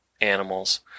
animals